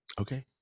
Okay